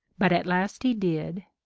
but at last he did,